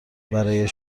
برای